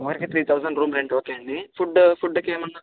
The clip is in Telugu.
ఒకరికి three thousand room rent okay అండి ఫుడ్డు ఫుడ్డుకి ఏమన్నా